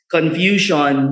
Confusion